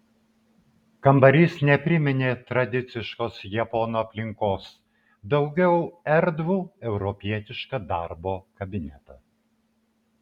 kambarys nepriminė tradiciškos japonų aplinkos daugiau erdvų europietišką darbo kabinetą